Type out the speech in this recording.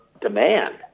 demand